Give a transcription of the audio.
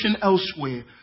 elsewhere